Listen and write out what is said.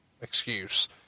excuse